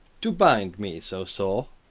to binde me so sore?